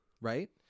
Right